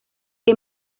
que